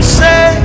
say